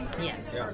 Yes